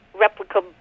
replica